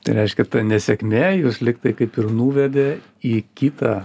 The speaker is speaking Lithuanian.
tai reiškia ta nesėkmė jus lyg tai kaip ir nuvedė į kitą